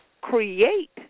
create